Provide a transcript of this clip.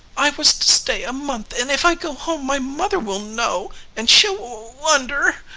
i was to stay a month, and if i go home my mother will know and she'll wah-wonder